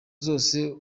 zose